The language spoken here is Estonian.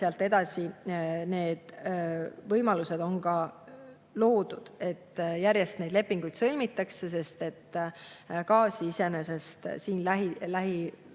edasi need võimalused on loodud, et järjest neid lepinguid sõlmida, sest gaasi iseenesest siin